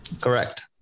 Correct